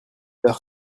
leur